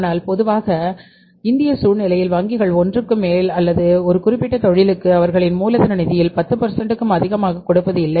ஆனால் பொதுவாக இந்திய சூழ்நிலையில் வங்கிகளின் ஒன்றுக்கு மேல் அல்லது ஒரு குறிப்பிட்ட தொழிலுக்கு அவர்களின் மூலதன நிதியில் 10 க்கும் அதிகமாக கொடுப்பது இல்லை